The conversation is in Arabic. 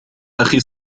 أخي